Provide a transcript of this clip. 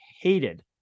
hated